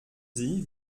sie